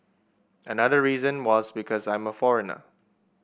another reason was because I'm a foreigner